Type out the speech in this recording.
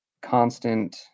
constant